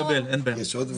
מקבל, אין בעיה.